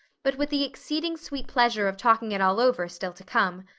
but with the exceeding sweet pleasure of talking it all over still to come.